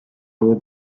will